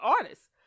artists